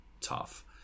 tough